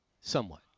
somewhat